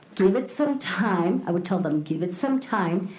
give it some time. i would tell them, give it some time.